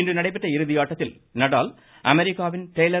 இன்று நடைபெற்ற இறுதியாட்டத்தில் நடால் அமெரிக்காவின் டெய்லர்